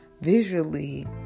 visually